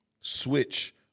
switch